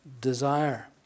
desire